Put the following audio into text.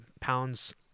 pounds